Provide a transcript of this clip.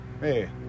hey